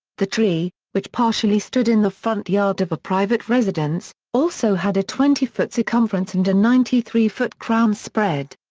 the tree, which partially stood in the front yard of a private residence, also had a twenty foot circumference and a ninety three foot crown spread.